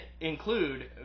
include